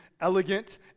elegant